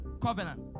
Covenant